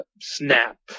Snap